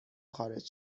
خارج